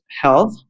health